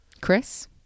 Chris